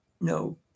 No